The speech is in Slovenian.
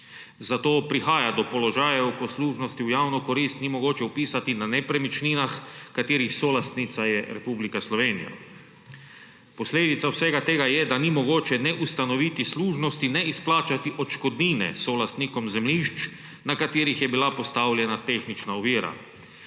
zato prihaja do položajev, ko služnosti v javno korist ni mogoče vpisati na nepremičninah, katerih solastnica je Republika Slovenija. Posledica vsega tega je, da ni mogoče ne ustanoviti služnosti ne izplačati odškodnine solastnikom zemljišč, na katerih je bila postavljena tehnična ovira.